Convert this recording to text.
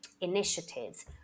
initiatives